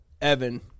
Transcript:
Evan